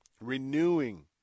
Renewing